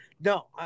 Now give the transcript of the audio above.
No